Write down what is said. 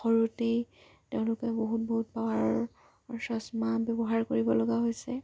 সৰুতেই তেওঁলোকে বহুত বহুত পাৱাৰৰ চশমা ব্যৱহাৰ কৰিব লগা হৈছে